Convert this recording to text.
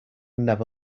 never